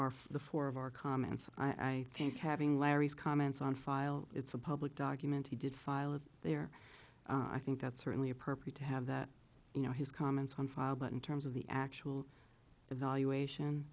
are the four of our comments i think having larry's comments on file it's a public document he did file it there i think that's certainly appropriate to have that you know his comments on file but in terms of the actual evaluation